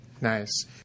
Nice